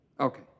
Okay